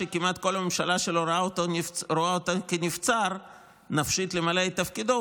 שכמעט כל הממשלה שלו רואה אותו כנבצר נפשית מלמלא את תפקידו,